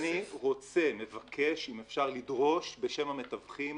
אני מבקש אם אפשר לדרוש בשם המתווכים